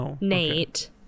nate